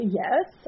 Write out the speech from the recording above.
yes